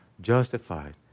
justified